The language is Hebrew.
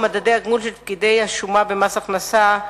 ומדדי התגמול של פקידי השומה במס הכנסה.